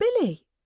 Billy